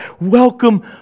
Welcome